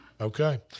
Okay